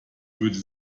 würde